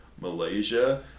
Malaysia